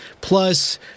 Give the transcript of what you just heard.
Plus